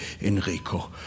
Enrico